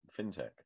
fintech